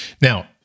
Now